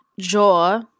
Jaw